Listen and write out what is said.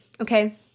okay